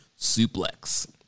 suplex